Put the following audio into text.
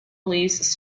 leaves